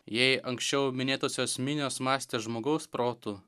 jei anksčiau minėtosios minios mąstė žmogaus protu